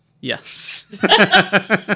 Yes